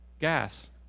gas